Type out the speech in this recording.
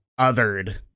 othered